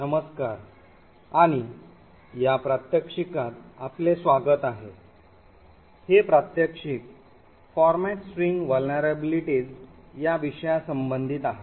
नमस्कार आणि या प्रात्यक्षिकात आपले स्वागत आहे हे प्रात्यक्षिक format string vulnerabilities या विषयासंबधित आहे